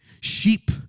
sheep